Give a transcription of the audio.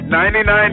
99